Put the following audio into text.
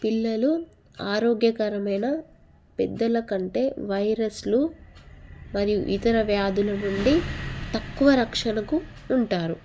పిల్లలు ఆరోగ్యకరమైన పెద్దల కంటే వైరస్లు మరియు ఇతర వ్యాధుల నుండి తక్కువ రక్షణకు ఉంటారు